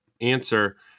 answer